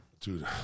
dude